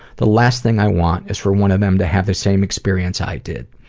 the last thing i want is for one of them to have the same experience i did.